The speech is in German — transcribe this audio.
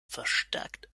verstärkt